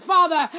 Father